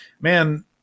man